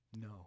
No